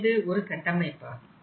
இது ஒரு கட்டமைப்பாகும்